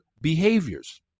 behaviors